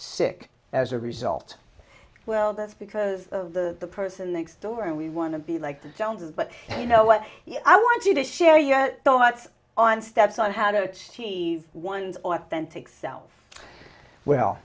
sick as a result well that's because of the the person next door and we want to be like sound but you know what i want you to share your thoughts on steps on how to achieve one's authentic self well